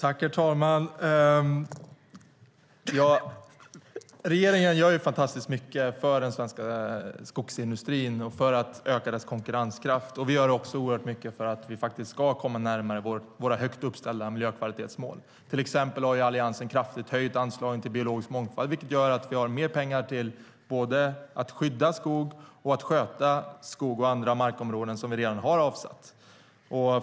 Herr talman! Regeringen gör fantastiskt mycket för den svenska skogsindustrin och för att öka dess konkurrenskraft. Vi gör också oerhört mycket för att vi ska komma närmare våra högt uppställda miljökvalitetsmål. Till exempel har Alliansen kraftigt höjt anslagen till biologisk mångfald, vilket gör att vi har mer pengar båda till att skydda skog och till att sköta skog och andra markområden som vi redan har avsatt.